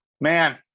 man